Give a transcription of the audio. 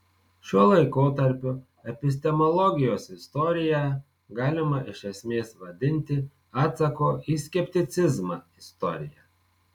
šiuo laikotarpiu epistemologijos istoriją galima iš esmės vadinti atsako į skepticizmą istorija